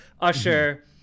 Usher